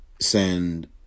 send